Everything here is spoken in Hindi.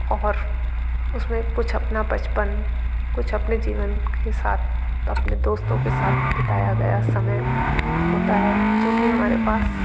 और उसमें कुछ अपना बचपन कुछ अपने जीवन के साथ अपने दोस्तों के साथ बिताया गया समय होता है जो कि हमारे पास